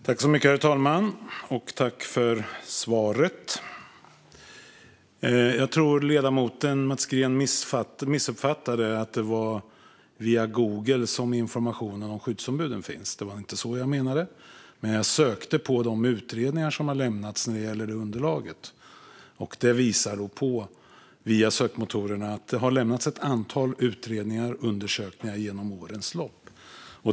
Herr talman! Jag tror att ledamoten Mats Green missuppfattade att det är via Google som informationen om skyddsombuden går att få fram. Det var inte så jag menade. Men jag sökte på de utredningar som har lämnats när det gäller underlaget, och den sökningen via sökmotorerna visar att det har lämnats ett antal utredningar och undersökningar genom årens lopp.